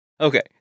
Okay